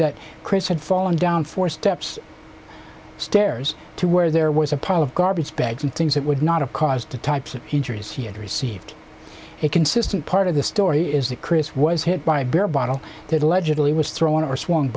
that chris had fallen down four steps stairs to where there was a pile of garbage bags and things that would not have caused the types of injuries he had received a consistent part of the story is that chris was hit by a beer bottle that allegedly was thrown or sw